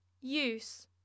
Use